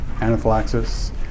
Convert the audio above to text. Anaphylaxis